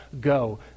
go